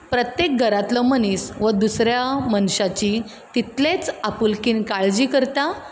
प्रत्येक घरांतलो मनीस हो दुसऱ्या मनशाची तितलेच आपुलकेन काळजी करता